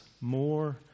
more